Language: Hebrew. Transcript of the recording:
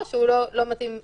או שהוא לא מתאים בכלל.